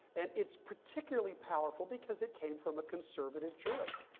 and it's particularly powerful because it came from a conservative jurist.